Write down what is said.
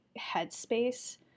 headspace